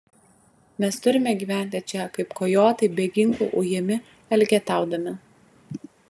mes turime gyventi čia kaip kojotai be ginklų ujami elgetaudami